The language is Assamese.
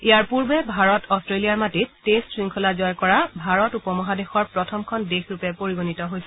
ইয়াৰ পূৰ্বে ভাৰত অট্টেলিয়াৰ মাটিত টেট্ট শৃংখলা জয় কৰা ভাৰত উপ মহাদেশৰ প্ৰথমখন দেশ ৰূপে পৰিগণিত হৈছে